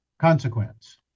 consequence